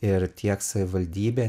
ir tiek savivaldybė